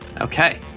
Okay